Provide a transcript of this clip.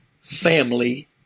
family